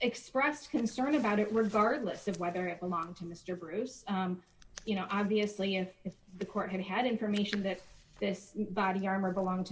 expressed concern about it regarded lists of whether it along to mr bruce you know obviously if the court had had information that this body armor belonged to